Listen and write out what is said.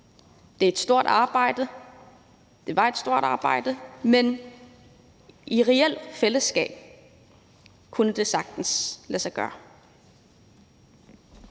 det var et stort arbejde, men i et reelt fællesskab kunne det sagtens lade sig gøre.